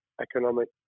economic